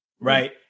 right